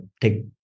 take